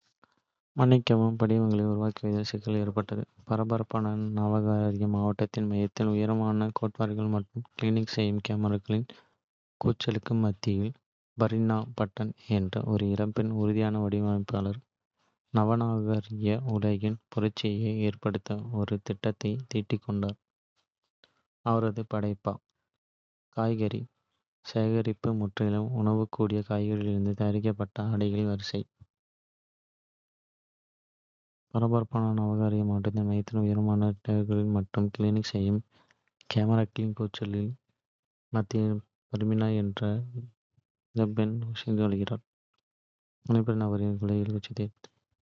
மன்னிக்கவும், படிமங்களை உருவாக்குவதில் சிக்கல் ஏற்பட்டது. பரபரப்பான நவநாகரிக மாவட்டத்தின் மையத்தில், உயரமான கேட்வாக்க்கள் மற்றும் கிளிக் செய்யும் கேமராக்களின் கூச்சலுக்கு மத்தியில், பர்னபி பட்டன் என்ற. ஒரு இளம், உறுதியான வடிவமைப்பாளர் நவநாகரிக உலகில் புரட்சியை ஏற்படுத்த ஒரு திட்டத்தைத் தீட்டிக்கொண்டிருந்தார். அவரது படைப்பா காய்கறி சேகரிப்பு. முற்றிலும் உண்ணக்கூடிய காய்கறிகளிலிருந்து தயாரிக்கப்பட்ட ஆடைகளின் வரிசை.